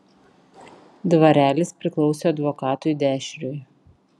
dvarelis priklausė advokatui dešriui